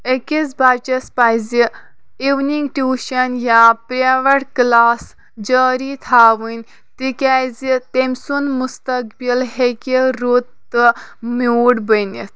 أکِس بَچَس پَزِ اِونِنٛگ ٹیوٗشَن یا پرٛیوَیٹ کَلاس جٲری تھاوٕنۍ تِکیازِ تٔمۍ سُنٛد مُستقبِل ہیٚکِہ رُت تہٕ میوٗٹھ بٔنِتھ